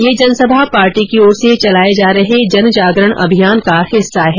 ये जनसभा पार्टी की ओर से चलाये जा रहे जनजागरण अभियान का हिस्सा है